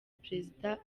perezida